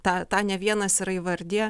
tą tą ne vienas yra įvardiję